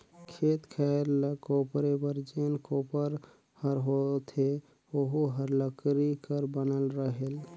खेत खायर ल कोपरे बर जेन कोपर हर होथे ओहू हर लकरी कर बनल रहेल